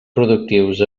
productius